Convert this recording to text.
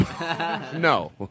No